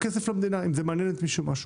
אם זה מעניין את מישהו משהו.